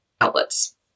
outlets